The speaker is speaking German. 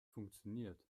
funktioniert